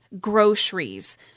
groceries